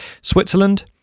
Switzerland